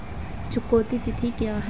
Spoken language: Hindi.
चुकौती तिथि क्या है?